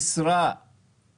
למה לא תקצבתם את זה?